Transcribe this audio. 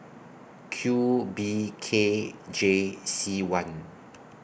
Q B K J C one